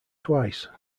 twice